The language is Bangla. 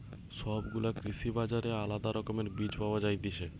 সব গুলা কৃষি বাজারে আলদা রকমের বীজ পায়া যায়তিছে